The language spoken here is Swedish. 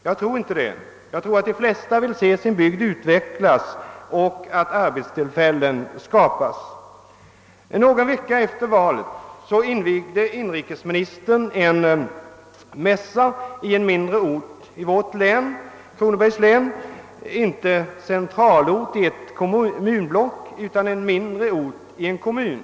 Jag tror inte det. Jag tror att de flesta vill se sin bygd utvecklas och önskar att arbetstillfällen skapas. Någon vecka efter valet invigde inrikesministern en mässa i Kronobergs län, inte i en centralort i ett kommunblock utan i en mindre ort i en kommun.